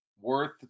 worth